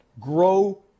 Grow